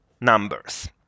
numbers